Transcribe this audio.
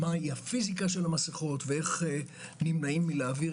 מהי הפיזיקה של המסכות ואיך נמנעים מלהעביר